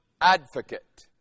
advocate